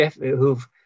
who've